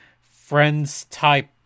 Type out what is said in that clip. friends-type